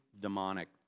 demonic